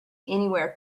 anywhere